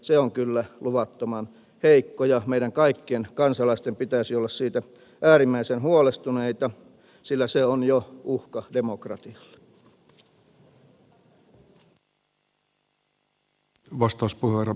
se on kyllä luvattoman heikko ja meidän kaikkien kansalaisten pitäisi olla siitä äärimmäisen huolestuneita sillä se on jo uhka demokratialle